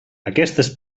aquestes